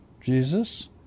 Jesus